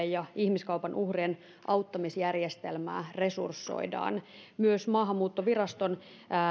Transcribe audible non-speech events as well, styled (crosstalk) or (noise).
(unintelligible) ja ihmiskaupan uhrien auttamisjärjestelmää resursoidaan myös maahanmuuttoviraston